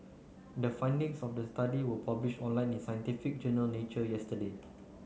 the findings of the study were publish online in scientific journal Nature yesterday